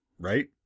Right